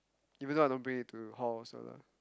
even though I don't bring it to halls or like